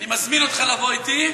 אני מזמין אותך לבוא אתי,